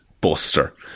Buster